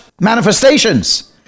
manifestations